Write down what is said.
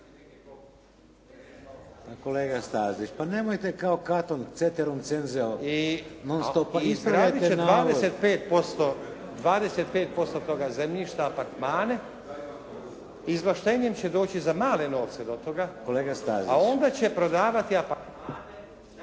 Kolega Stazić, pa nemojte kao Katon, Ceteron, Cenzeo non stop. Pa ispravljajte navod. **Stazić, Nenad (SDP)** I 25% toga zemljišta apartmane, izvlaštenjem će doći za male novce do toga, a onda će prodavati apartmane